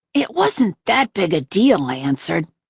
it wasn't that big a deal, i answered.